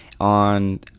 on